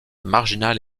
marginale